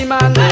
Man